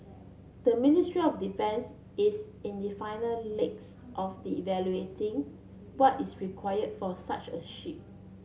the Ministry of Defence is in the final legs of evaluating what is required for such a ship